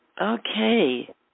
Okay